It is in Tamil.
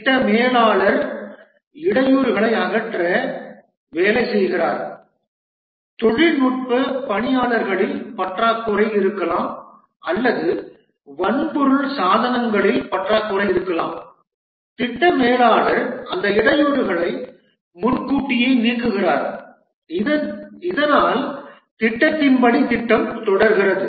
திட்ட மேலாளர் இடையூறுகளை அகற்ற வேலை செய்கிறார் தொழில்நுட்ப பணியாளர்களில் பற்றாக்குறை இருக்கலாம் அல்லது வன்பொருள் சாதனங்களில் பற்றாக்குறை இருக்கலாம் திட்ட மேலாளர் அந்த இடையூறுகளை முன்கூட்டியே நீக்குகிறார் இதனால் திட்டத்தின் படி திட்டம் தொடர்கிறது